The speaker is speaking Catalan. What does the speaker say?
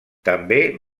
també